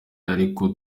ariko